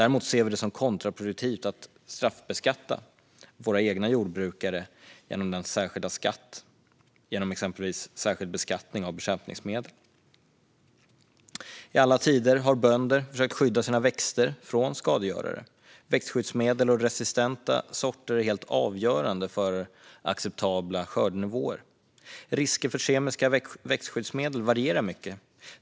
Däremot ser vi det som kontraproduktivt att straffbeskatta våra egna jordbrukare genom exempelvis särskild beskattning av bekämpningsmedel. I alla tider har bönder försökt skydda sina växter från skadegörare. Växtskyddsmedel och resistenta sorter är helt avgörande för acceptabla skördenivåer. Risker när det gäller kemiska växtskyddsmedel varierar mycket.